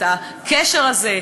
את הקשר הזה,